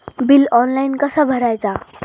Bill online कसा भरायचा?